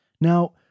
Now